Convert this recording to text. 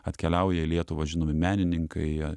atkeliauja į lietuvą žinomi menininkai